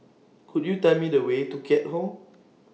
Could YOU Tell Me The Way to Keat Hong